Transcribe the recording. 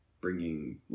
bringing